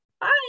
Bye